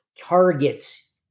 targets